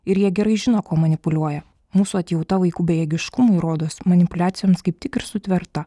ir jie gerai žino kuo manipuliuoja mūsų atjauta vaikų bejėgiškumui rodos manipuliacijoms kaip tik ir sutverta